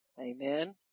Amen